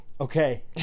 okay